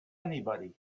anybody